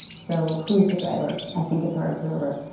so who's the driver? i think it's our observer.